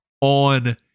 on